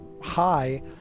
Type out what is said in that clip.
high